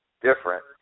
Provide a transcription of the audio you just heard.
different